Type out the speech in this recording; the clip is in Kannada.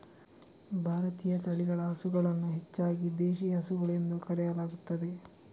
ಭಾರತೀಯ ತಳಿಗಳ ಹಸುಗಳನ್ನು ಹೆಚ್ಚಾಗಿ ದೇಶಿ ಹಸುಗಳು ಎಂದು ಕರೆಯಲಾಗುತ್ತದೆ